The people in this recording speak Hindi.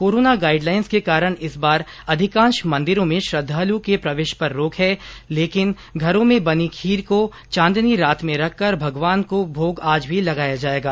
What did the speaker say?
कोरोना गाइडलाइन्स के कारण इस बार अधिकांश मंदिरों में श्रद्वालुओं के प्रवेश पर रोक है लेकिन घरों में बनी खीर को चांदनी रात में रखकर भगवान को भोग आज भी लगाया जाएगा